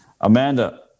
Amanda